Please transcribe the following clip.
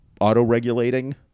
auto-regulating